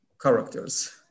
characters